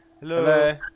Hello